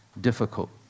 difficult